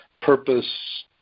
purpose